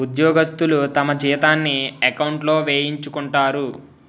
ఉద్యోగస్తులు తమ జీతాన్ని ఎకౌంట్లో వేయించుకుంటారు